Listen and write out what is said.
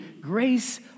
grace